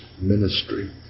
ministry